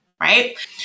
right